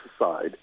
aside